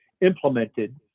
implemented